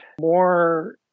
more